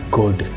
good